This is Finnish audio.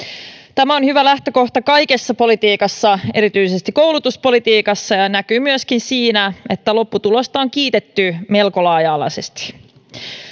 tämä on hyvä lähtökohta kaikessa politiikassa erityisesti koulutuspolitiikassa ja näkyy myöskin siinä että lopputulosta on kiitetty melko laaja alaisesti